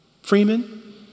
Freeman